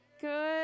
Good